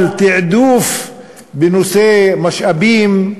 על תעדוף בנושא משאבים.